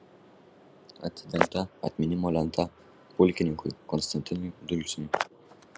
atidengta atminimo lenta pulkininkui konstantinui dulksniui